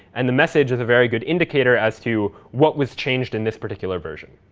and the message is a very good indicator as to what was changed in this particular version.